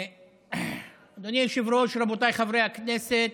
אדוני היושב-ראש, רבותיי חברי הכנסת,